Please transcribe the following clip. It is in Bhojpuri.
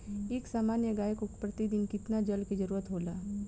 एक सामान्य गाय को प्रतिदिन कितना जल के जरुरत होला?